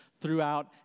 throughout